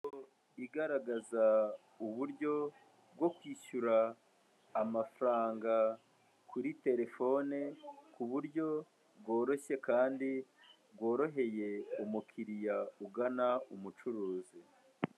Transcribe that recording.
Ifoto igaragaza uburyo bwo kwishyura amafaranga kuri telefone ku buryo bworoshye kandi bworoheye umukiriya ugana umucuruzi.